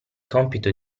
compito